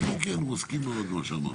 כן, כן, הוא מסכים מאוד עם מה שאמרת.